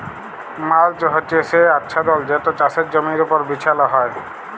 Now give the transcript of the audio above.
mulch হছে সে আচ্ছাদল যেট চাষের জমির উপর বিছাল হ্যয়